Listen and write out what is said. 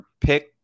pick